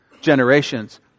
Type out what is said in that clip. generations